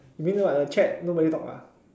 you mean what the chat nobody talk ah